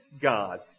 God